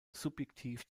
subjektiv